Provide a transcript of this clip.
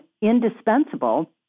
indispensable